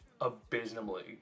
abysmally